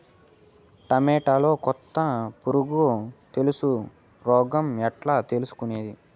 టమోటాలో కొత్త పులుగు తెలుసు రోగం ఎట్లా తెలుసుకునేది?